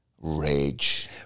rage